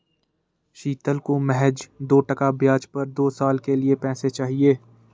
शीतल को महज दो टका ब्याज पर दो साल के लिए पैसे चाहिए